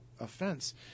offense